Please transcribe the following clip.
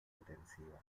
intensiva